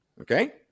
Okay